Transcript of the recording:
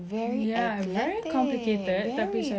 very athletic very